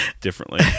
differently